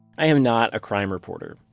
i am not a crime reporter.